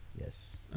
Yes